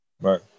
right